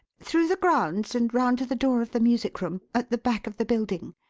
through the grounds and round to the door of the music room, at the back of the building.